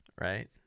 right